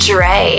Dre